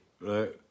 right